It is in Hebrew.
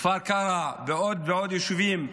בכפר קרע ובעוד ועוד יישובים,